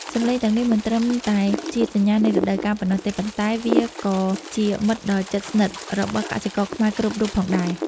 សំឡេងទាំងនេះមិនត្រឹមតែជាសញ្ញានៃរដូវកាលប៉ុណ្ណោះទេ ប៉ុន្តែវាក៏ជាមិត្តដ៏ជិតស្និទ្ធរបស់កសិករខ្មែរគ្រប់រូបផងដែរ។